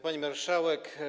Pani Marszałek!